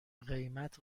قیمت